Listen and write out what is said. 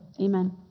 amen